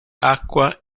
acqua